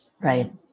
Right